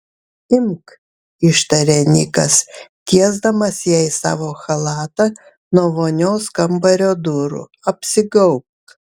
imk ištarė nikas tiesdamas jai savo chalatą nuo vonios kambario durų apsigaubk